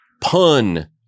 pun